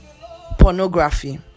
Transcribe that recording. pornography